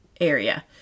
area